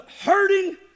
hurting